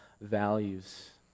values